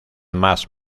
más